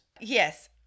Yes